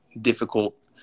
difficult